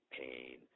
pain